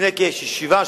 לפני כשבעה,